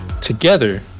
Together